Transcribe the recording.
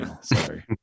sorry